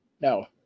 No